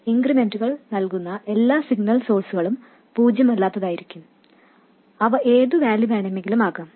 ഇൻക്രിമെന്റുകൾ നൽകുന്ന എല്ലാ സിഗ്നൽ സോഴ്സ്കളും പൂജ്യമല്ലാത്തതായിരിക്കും അവ ഏത് വാല്യൂ വേണമെങ്കിലും ആകാം